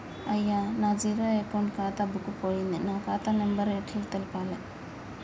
అయ్యా నా zero account ఖాతా బుక్కు పోయింది నా ఖాతా నెంబరు ఎట్ల తెలవాలే?